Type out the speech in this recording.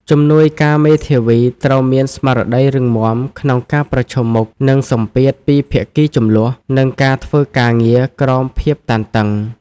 ជំនួយការមេធាវីត្រូវមានស្មារតីរឹងមាំក្នុងការប្រឈមមុខនឹងសម្ពាធពីភាគីជម្លោះ និងការធ្វើការងារក្រោមភាពតានតឹង។